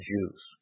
Jews